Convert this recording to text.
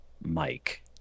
Mike